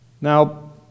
Now